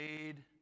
made